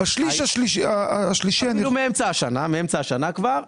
מאמצע השנה כבר,